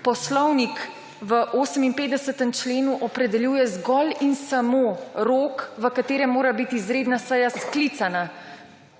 Poslovnik v 58. členu opredeljuje zgolj in samo rok, v katerem mora biti izredna seja sklicana.